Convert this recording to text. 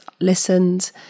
listened